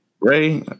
Ray